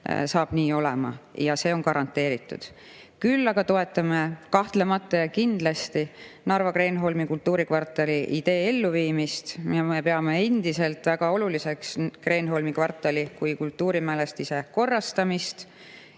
saab olema. Küll aga toetame kahtlemata Narva Kreenholmi kultuurikvartali idee elluviimist ja me peame endiselt väga oluliseks Kreenholmi kvartali kui kultuurimälestise korrastamist,